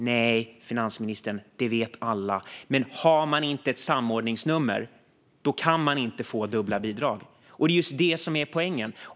Nej, finansministern, det vet alla! Men har man inte ett samordningsnummer kan man inte få dubbla bidrag, och det är just det som är poängen.